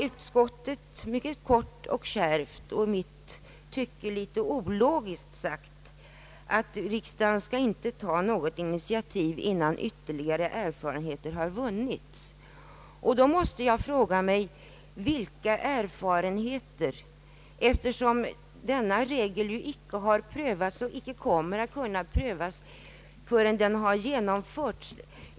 Utskottet har mycket kort och kärvt, och i mitt tycke litet ologiskt, ansett att riksdagen inte skall ta något initiativ innan ytterligare erfarenhet vunnits. Då måste jag fråga: Vilka erfarenheter? Denna regel har ju icke prövats och kommer icke att kunna prövas förrän den har genomförts.